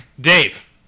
Dave